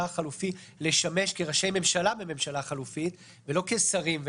החלופי לשמש כראשי ממשלה בממשלה חלופית ולא כשרים,